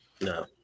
no